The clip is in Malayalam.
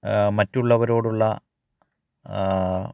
മറ്റുള്ളവരോടുള്ള